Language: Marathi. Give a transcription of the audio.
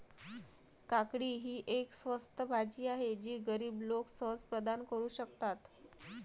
काकडी ही एक स्वस्त भाजी आहे जी गरीब लोक सहज प्रदान करू शकतात